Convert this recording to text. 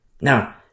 Now